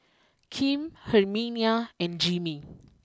Kim Herminia and Jimmy